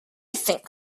think